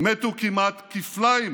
מתו כמעט כפליים